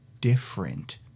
different